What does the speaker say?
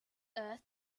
earth